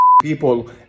people